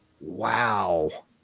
wow